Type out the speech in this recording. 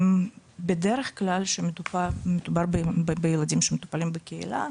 בדרך כלל כשמדובר בילדים שמטופלים בקהילה,